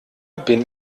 bin